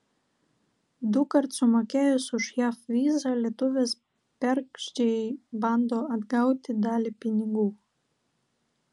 dukart sumokėjęs už jav vizą lietuvis bergždžiai bando atgauti dalį pinigų